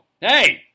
hey